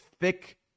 thick